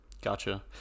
Gotcha